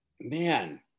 man